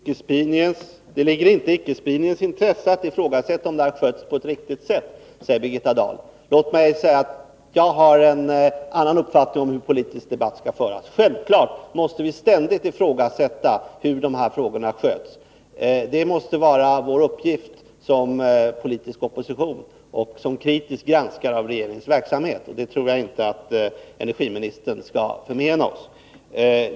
Herr talman! Det ligger inte i icke-spridningens intresse att ifrågasätta om det här skötts på ett riktigt sätt, säger Birgitta Dahl. Låt mig säga att jag har en annan uppfattning om hur en politisk debatt skall föras. Självfallet måste vi ständigt ifrågasätta hur de här frågorna sköts. Det måste vara vår uppgift som politisk opposition och som kritiska granskare av regeringens verksamhet. Det tror jag inte att energiministern kan förmena oss.